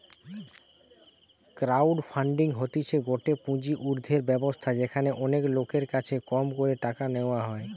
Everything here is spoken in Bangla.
ক্রাউড ফান্ডিং হতিছে গটে পুঁজি উর্ধের ব্যবস্থা যেখানে অনেক লোকের কাছে কম করে টাকা নেওয়া হয়